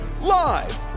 live